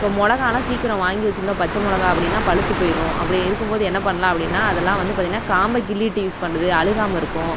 இப்போ மிளகாலாம் சீக்கிரம் வாங்கி வச்சுருந்தோம் பச்சை மிளகா அப்படின்னா பழுத்து போயிரும் அப்படி இருக்கும் போது என்ன பண்ணலாம் அப்படின்னா அதெல்லாம் வந்து பார்த்திங்கன்னா காம்பை கிள்ளிட்டு யூஸ் பண்ணுறது அழுகாமல் இருக்கும்